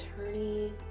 attorney